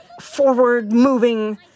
forward-moving